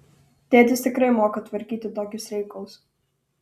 tėtis tikrai moka tvarkyti tokius reikalus